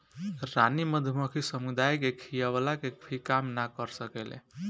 रानी मधुमक्खी समुदाय के खियवला के भी काम ना कर सकेले